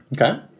Okay